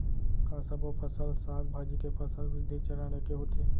का सबो फसल, साग भाजी के फसल वृद्धि चरण ऐके होथे?